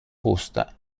posta